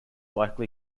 likely